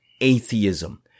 atheism